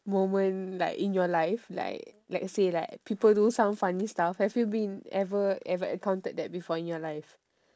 moment like in your life like let's say like people do some funny stuff have you been ever ever encountered that before in your life